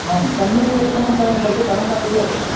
आं सम्यक् लेपनं करणीयं चेत् धनं वा दीयते